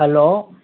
hello